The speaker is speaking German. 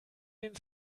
den